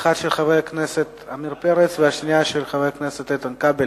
האחת של חבר הכנסת עמיר פרץ והשנייה של חבר הכנסת איתן כבל.